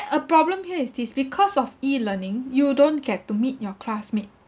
a problem here is this because of e-learning you don't get to meet your classmate